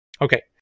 Okay